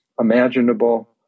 imaginable